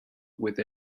with